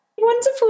Wonderful